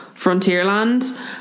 Frontierland